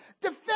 Defend